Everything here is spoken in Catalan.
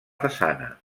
façana